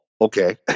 okay